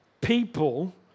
people